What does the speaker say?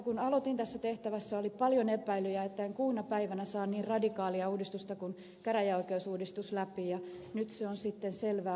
kun aloitin tässä tehtävässä oli paljon epäilyjä siitä etten kuuna päivänä saa läpi niin radikaalia uudistusta kuin käräjäoikeusuudistus ja nyt se on sitten selvää